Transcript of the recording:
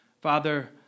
Father